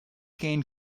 gain